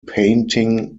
painting